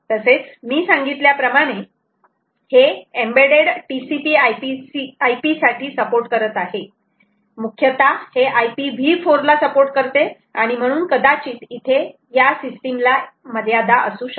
तसेच मी सांगितल्याप्रमाणे हे एम्बेड्डेड TCP IP साठी सपोर्ट करत आहे मुख्यतः हे IPV 4 ला सपोर्ट करते आणि म्हणून कदाचित इथे या सिस्टीम ला एक मर्यादा असू शकते